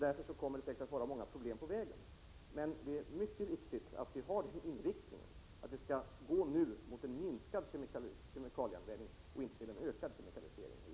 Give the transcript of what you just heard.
Därför kommer det säkert att uppstå många problem på vägen. Men det är mycket viktigt att vi nu har inriktningen att gå mot en minskad kemikalieanvändning och inte mot en ökad kemikalisering av jordbruket.